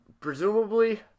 Presumably